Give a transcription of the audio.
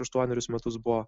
aštuonerius metus buvo